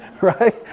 right